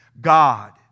God